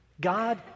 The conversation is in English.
God